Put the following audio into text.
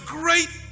great